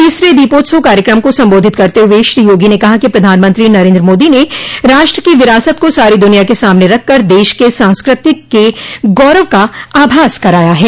तीसरे दीपोत्सव कार्यक्रम को संबोधित करते हुए श्री योगी ने कहा कि प्रधानमंत्री नरेन्द्र मोदी ने राष्ट्र की विरासत को सारी दुनिया के सामने रख कर देश के सांस्कृतिक के गौरव का आभास कराया है